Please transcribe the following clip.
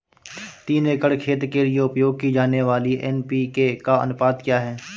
तीन एकड़ खेत के लिए उपयोग की जाने वाली एन.पी.के का अनुपात क्या है?